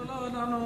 לא, לא.